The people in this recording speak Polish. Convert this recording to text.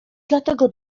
dlatego